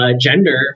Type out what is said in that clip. gender